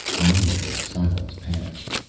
the moment of silence passed.